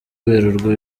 werurwe